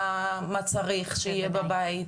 מה צריך שיהיה בבית,